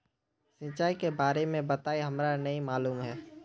सिंचाई के बारे में बताई हमरा नय मालूम है?